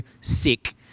sick